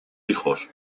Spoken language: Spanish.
hijos